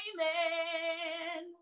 Amen